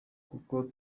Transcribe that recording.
kuko